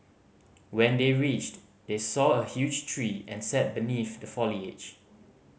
when they reached they saw a huge tree and sat beneath the foliage